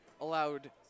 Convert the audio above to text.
allowed